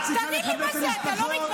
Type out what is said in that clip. את צריכה לכבד את המשפחות.